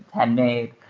handmade.